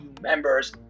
members